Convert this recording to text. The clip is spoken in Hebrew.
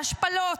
להשפלות,